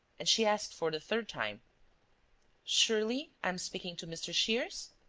and she asked for the third time surely i am speaking to mr. shears?